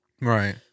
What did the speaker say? Right